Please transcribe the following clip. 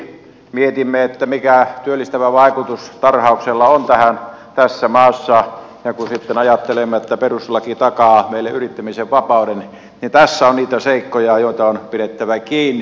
mietimme mikä työllistävä vaikutus tarhauksella on tässä maassa ja kun sitten ajattelemme että perustuslaki takaa meille yrittämisen vapauden niin tässä on niitä seikkoja joista on pidettävä kiinni